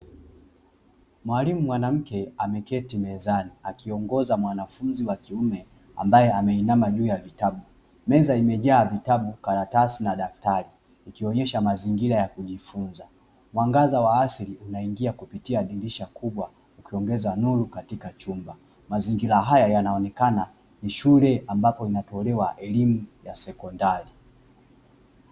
Mwalimu mwanamke amrketi mezani akiongoa mwanafunzi wa kiume ambaye ameinama juu ya vitabu, meza imejaa vitabu, karatasi na daftari ikionyesha mazingira ya kujifunza. Mwangaza wa asili unaingia kupitia dirisha kubwa ukiongeza nuru katika chumba, mazingira haya yanaonekana kuwa ni shule ambapo inatolewa elimu ya sekondari.